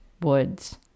woods